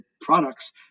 products